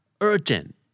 Urgent